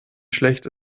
schlecht